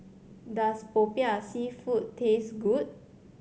does Popiah Seafood taste good